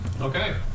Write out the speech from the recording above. Okay